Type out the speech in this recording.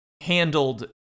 handled